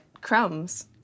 crumbs